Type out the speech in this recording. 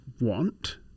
want